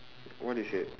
what he said